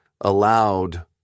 allowed